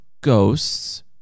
ghosts